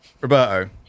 Roberto